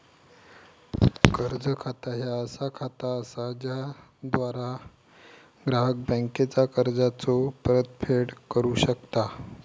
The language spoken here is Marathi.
कर्ज खाता ह्या असा खाता असा ज्याद्वारा ग्राहक बँकेचा कर्जाचो परतफेड करू शकता